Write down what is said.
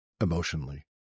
emotionally